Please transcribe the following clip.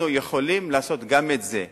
אנחנו יכולים לעשות גם את זה.